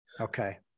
Okay